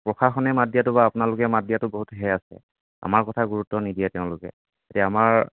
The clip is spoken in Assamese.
প্ৰশাসনে মাত দিয়াটো বা আপোনালোকে মাত দিয়াটো বহুত হেৰি আছে আমাৰ কথা গুৰুত্ব নিদিয়ে তেওঁলোকে এতিয়া আমাৰ